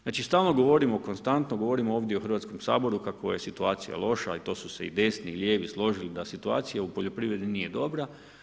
Znači stalno govorimo, konstantno govorimo ovdje u Hrvatskom saboru kako je situacija loša i to su se i desni i lijevi složili da situacija u poljoprivredi nije dobra.